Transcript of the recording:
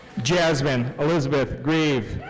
jasmine elizabeth greve.